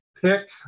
pick